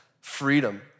freedom